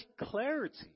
clarity